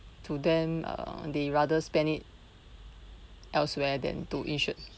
to them err they rather spend it elsewhere than to insured